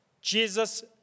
Jesus